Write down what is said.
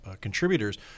contributors